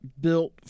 Built